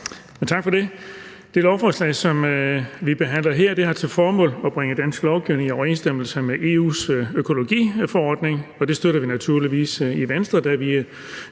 virke. Det lovforslag, som vi behandler her, har til formål at bringe dansk lovgivning i overensstemmelse med EU's økologiforordning, og det støtter vi naturligvis i Venstre, da vi